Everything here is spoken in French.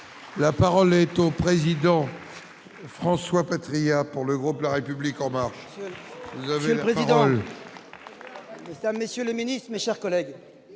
la parole est au président François Patriat pour le groupe, la République en marche, vous avez le président. ça Monsieur le Ministre, mes chers collègues,